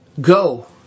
Go